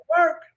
work